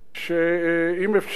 שאם אפשר,